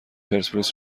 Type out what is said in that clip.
پرسپولیس